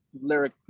lyric